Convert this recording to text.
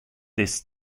this